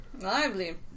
Lively